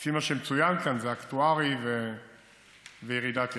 לפי מה שמצוין כאן, זה אקטוארי וירידת ערך.